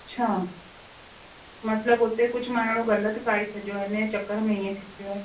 अछा मतिलबु उते कुझु मां अहिड़ो ग़लति खाई छॾियो आहे इन जे चकर में इएं थी पियो आहे